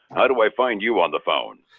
how do i find you on the phone?